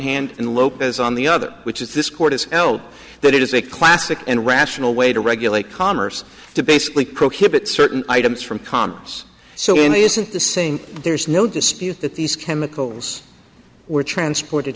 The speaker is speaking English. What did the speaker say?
hand and lopez on the other which is this court has held that it is a classic and rational way to regulate commerce to basically prohibit certain items from commons so in isn't the same there's no dispute that these chemicals were transport